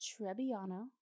Trebbiano